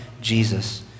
Jesus